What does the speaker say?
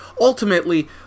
ultimately